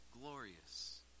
glorious